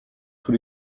sous